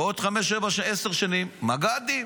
בעוד חמש, עשר שנים, מג"דים,